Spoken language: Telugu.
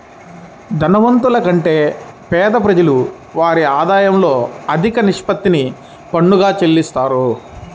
ధనవంతుల కంటే పేద ప్రజలు వారి ఆదాయంలో అధిక నిష్పత్తిని పన్నుగా చెల్లిత్తారు